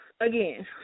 Again